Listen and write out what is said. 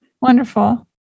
Wonderful